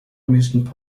amusement